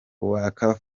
waka